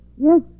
Yes